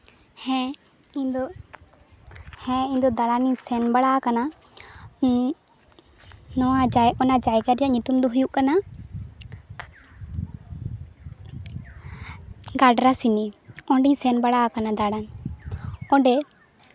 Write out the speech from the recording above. ᱦᱮᱸ ᱤᱧᱫᱚ ᱦᱮᱸ ᱤᱧᱫᱚ ᱫᱟᱬᱟᱱᱤᱧ ᱥᱮᱱ ᱵᱟᱲᱟ ᱟᱠᱟᱱᱟ ᱚᱱᱟ ᱡᱟᱭᱜᱟ ᱨᱮᱭᱟᱜ ᱧᱩᱛᱩᱢ ᱫᱚ ᱦᱩᱭᱩᱜ ᱠᱟᱱᱟ ᱜᱟᱰᱨᱟᱥᱤᱱᱤ ᱚᱸᱰᱮᱧ ᱥᱮᱱ ᱵᱟᱲᱟ ᱟᱠᱟᱱᱟ ᱫᱟᱬᱟᱱ ᱚᱸᱰᱮ